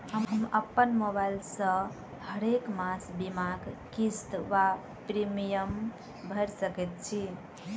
हम अप्पन मोबाइल सँ हरेक मास बीमाक किस्त वा प्रिमियम भैर सकैत छी?